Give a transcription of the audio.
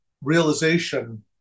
realization